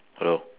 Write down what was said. hello